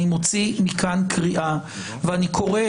אני מוציא מכאן קריאה ואני קורא,